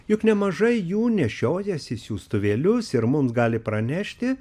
juk nemažai jų nešiojasi siųstuvėlius ir mums gali pranešti